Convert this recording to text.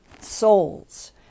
souls